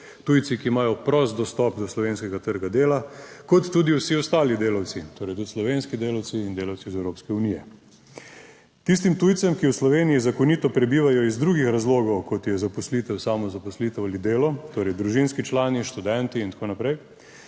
tujci, ki imajo prost dostop do slovenskega trga dela, kot tudi vsi ostali delavci, torej tudi slovenski delavci in delavci iz Evropske unije. Tistim tujcem, ki v Sloveniji zakonito prebivajo iz drugih razlogov, kot je zaposlitev, samozaposlitev ali delo, torej družinski člani, študenti in tako naprej